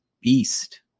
beast